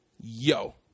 Yo